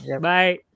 Bye